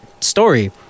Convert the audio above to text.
story